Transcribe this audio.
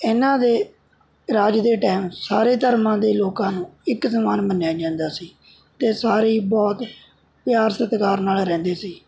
ਇਹਨਾਂ ਦੇ ਰਾਜ ਦੇ ਟੈਮ ਸਾਰੇ ਧਰਮਾਂ ਦੇ ਲੋਕਾਂ ਨੂੰ ਇੱਕ ਸਮਾਨ ਮੰਨਿਆ ਜਾਂਦਾ ਸੀ ਅਤੇ ਸਾਰੇ ਹੀ ਬਹੁਤ ਪਿਆਰ ਸਤਿਕਾਰ ਨਾਲ ਰਹਿੰਦੇ ਸੀ